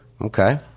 Okay